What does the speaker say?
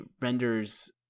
renders